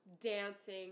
dancing